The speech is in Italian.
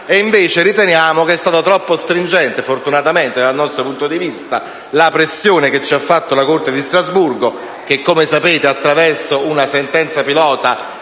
invece che sia stata troppo stringente - fortunatamente, dal nostro punto di vista - la pressione che ci ha fatto la Corte di Strasburgo, la quale attraverso una sentenza pilota